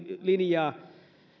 linjaa